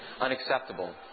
unacceptable